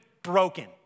broken